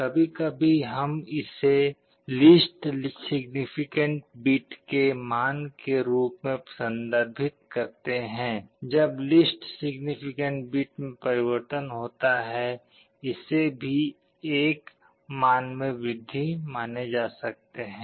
कभी कभी हम इसे लीस्ट सिग्नीफिकेंट बिट के मान के रूप में संदर्भित करते हैं जब लीस्ट सिग्नीफिकेंट बिट में परिवर्तन होता है इसे भी 1 मान में वृद्धि माने जा सकते हैं